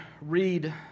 read